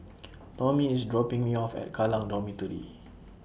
Tomie IS dropping Me off At Kallang Dormitory